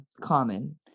common